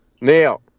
Now